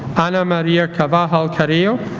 ana maria carvajal carrillo